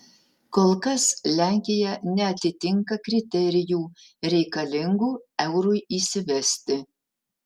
kol kas lenkija neatitinka kriterijų reikalingų eurui įsivesti